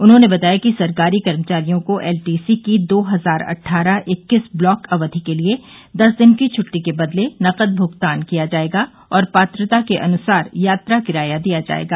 उन्होंने बताया कि सरकारी कर्मचारियों को एलटीसी की दो हजार अटठारह इक्कीस ब्लॉक अवधि के लिए दस दिन की छुट्टी के बदले नकद भुगतान किया जाएगा और पात्रता के अनुसार यात्रा किराया दिया जाएगा